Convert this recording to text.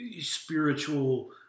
spiritual